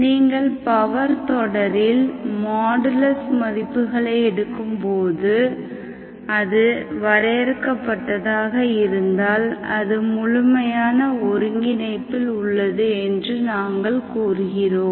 நீங்கள் பவர் தொடரில் மாடுலஸ் மதிப்புகளை எடுக்கும்போது அது வரையறுக்கப்பட்டதாக இருந்தால் அது முழுமையான ஒருங்கிணைப்பில் உள்ளது என்று நாங்கள் கூறுகிறோம்